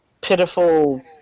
pitiful